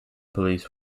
police